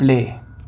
play